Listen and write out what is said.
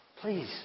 Please